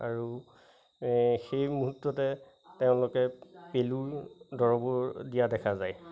আৰু সেই মুহূৰ্ততে তেওঁলোকে পেলুৰ দৰববোৰ দিয়া দেখা যায়